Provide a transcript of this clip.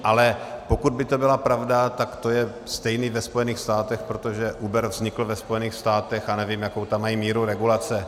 Ale pokud by to byla pravda, tak to je stejné ve Spojených státech, protože Uber vznikl ve Spojených státech, a nevím, jakou tam mají míru regulace.